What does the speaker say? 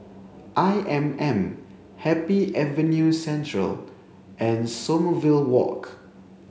I M M Happy Avenue Central and Sommerville Walk